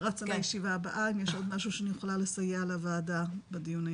רציתי לדעת אם יש משהו שאני יכולה לתרום לפני שאני הולדת לוועדה הבאה.